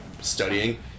studying